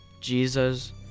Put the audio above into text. Jesus